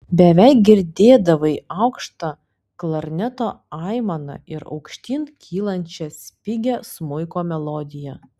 beveik girdėdavai aukštą klarneto aimaną ir aukštyn kylančią spigią smuiko melodiją